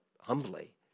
humbly